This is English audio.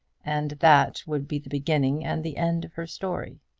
and that would be the beginning and the end of her story.